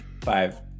Five